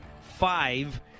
five